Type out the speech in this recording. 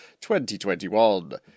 2021